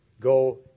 Go